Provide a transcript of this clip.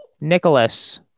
Nicholas